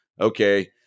Okay